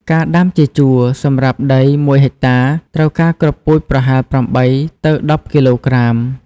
ការដាំជាជួរ សម្រាប់ដី ១ ហិកតា ត្រូវការគ្រាប់ពូជប្រហែល ៨ ទៅ ១០ គីឡូក្រាម។